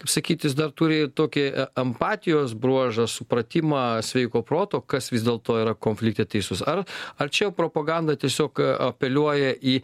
kaip sakyt jis dar turi ir tokį e empatijos bruožą supratimą sveiko proto kas vis dėlto yra konflikte teisus ar ar čia jau propaganda tiesiog apeliuoja į